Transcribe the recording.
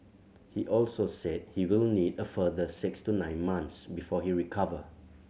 he also said he will need a further six to nine months before he recover